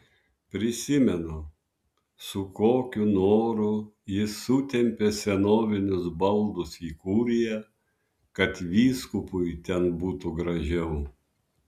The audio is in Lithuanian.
prisimenu su kokiu noru jis sutempė senovinius baldus į kuriją kad vyskupui ten būtų gražiau